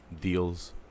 deals